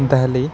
Delhi